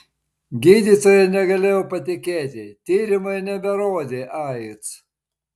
gydytojai negalėjo patikėti tyrimai neberodė aids